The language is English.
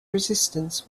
resistance